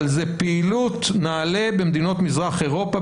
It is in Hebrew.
אבל זה פעילות נעל"ה במדינות מזרח אירופה,